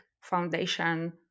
foundation